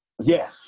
Yes